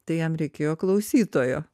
tai jam reikėjo klausytojo